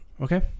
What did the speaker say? Okay